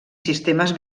sistemes